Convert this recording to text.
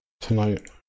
tonight